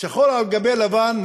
שחור על גבי לבן,